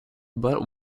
but